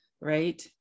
right